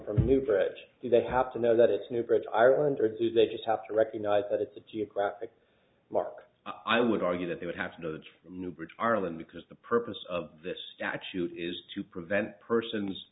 from a new bridge do they have to know that it's new bridge ireland or do they just have to recognize that it's a geographic mark i would argue that they would have to know the new bridge arlen because the purpose of this statute is to prevent persons